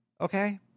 Okay